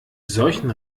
solchen